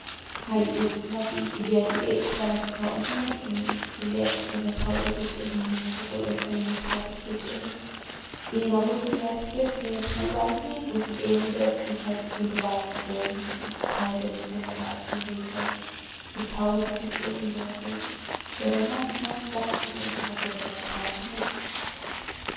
Jay bat'ey tibiak l'ets kara kusau mje o tibiak batsajau rapu kich'ijiñ de rapu kul'os se manatsajau napu kich'ijiñ y rapu se ya despues va lijieng pus l'en deuk se jay ke ndubaik kupu ndutsajau de napu nabay se juy jay ndutsajau napu kich'ijiñ pero mas mas kauk la nu'u rapu re batsajau kunji.